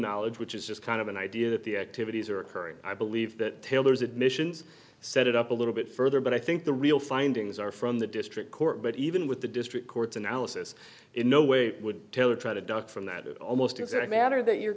knowledge which is just kind of an idea that the activities are occurring i believe that taylor's admissions set it up a little bit further but i think the real findings are from the district court but even with the district court's analysis in no way would tell or try to duck from that almost exact manner that your